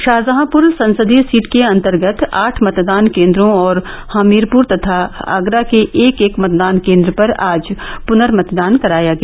षाहजहांपुर संसदीय सीट के अन्तर्गत आठ मतदान केन्द्रों और हमीरपुर तथा आगरा के एक एक मतदान केन्द्र पर आज पुनर्मतदान कराया गया